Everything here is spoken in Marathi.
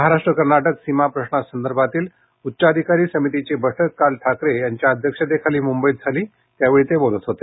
महाराष्ट्र कर्नाटक सीमा प्रश्नासंदर्भातील उच्चाधिकारी समितीची बैठक काल ठाकरे यांच्या अध्यक्षतेखाली मुंबईत झाली त्यावेळी ते बोलत होते